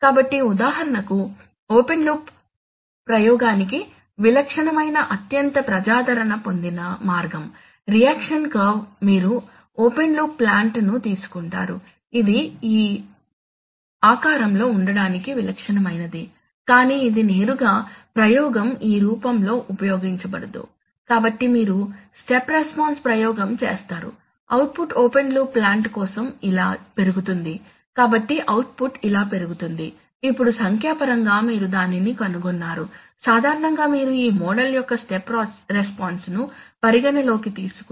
కాబట్టి ఉదాహరణకు open loop ప్రయోగానికి విలక్షణమైన అత్యంత ప్రజాదరణ పొందిన మార్గం రియాక్షన్ కర్వ్ మీరు ఓపెన్ లూప్ ప్లాంట్ను తీసుకుంటారు ఇది ఈ ఆకారంలో ఉండటానికి విలక్షణమైనది కానీ ఇది నేరుగా ప్రయోగం ఈ రూపంలో ఉపయోగించబడదు కాబట్టి మీరు స్టెప్ రెస్పాన్స్ ప్రయోగం చేస్తారు అవుట్పుట్ ఓపెన్ లూప్ ప్లాంట్ కోసం ఇలా పెరుగుతుంది కాబట్టి అవుట్పుట్ ఇలా పెరుగుతుంది ఇప్పుడు సంఖ్యాపరంగా మీరు దానిని కనుగొన్నారు సాధారణంగా మీరు ఈ మోడల్ యొక్క స్టెప్ రెస్పాన్స్ ను పరిగణనలోకి తీసుకుంటే